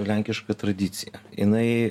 lenkiška tradicija jinai